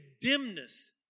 dimness